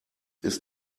ist